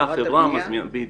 בדיוק,